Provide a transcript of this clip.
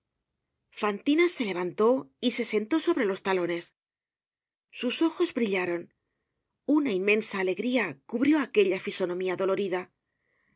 fantina se levantó y se sentó sobre los talones sus ojos brillaron una alegría inmensa cubrió aquella fisonomía dolorida